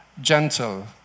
gentle